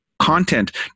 Content